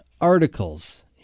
articles